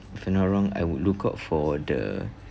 if I not wrong I would look out for the